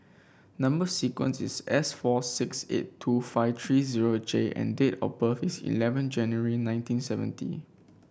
number sequence is S four six eight two five three zero J and date of birth is eleven January nineteen seventy